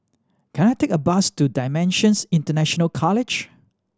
can I take a bus to Dimensions International College